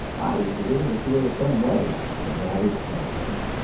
i was beginning to feel the same way but i didn't say anything.